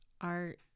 Art-